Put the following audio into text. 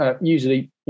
usually